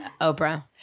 Oprah